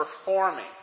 performing